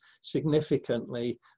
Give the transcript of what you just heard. significantly